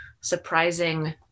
surprising